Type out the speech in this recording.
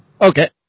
Okay